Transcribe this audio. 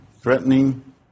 threatening